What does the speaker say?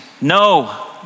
No